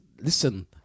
listen